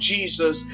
Jesus